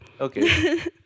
Okay